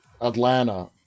Atlanta